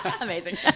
Amazing